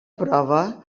prova